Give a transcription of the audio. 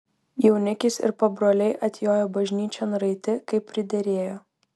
jaunikis ir pabroliai atjojo bažnyčion raiti kaip priderėjo